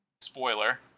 spoiler